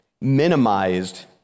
minimized